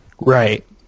Right